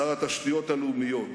שר התשתיות הלאומיות,